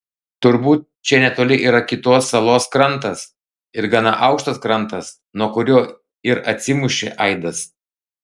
turbūt čia netoli yra kitos salos krantas ir gana aukštas krantas nuo kurio ir atsimušė aidas